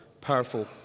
powerful